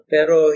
Pero